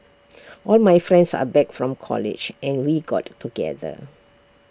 all my friends are back from college and we got together